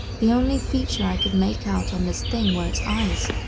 the only feature i could make out on this thing were its eyes,